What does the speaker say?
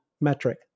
metric